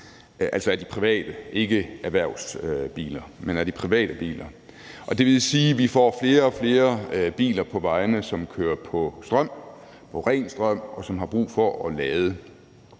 af de private biler; det er ikke erhvervsbiler. Det vil sige, at vi får flere og flere biler på vejene, der kører på ren strøm, og som har brug for at lade.